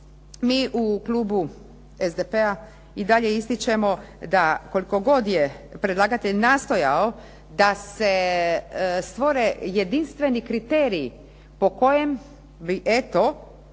mi u klubu SDP-a ističemo da koliko god je predlagatelj nastojao da se stvore jedinstveni kriteriji po kojem bi eto